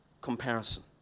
Comparison